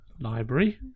library